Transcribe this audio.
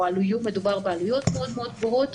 או מדובר בעלויות מאוד-מאוד גבוהות.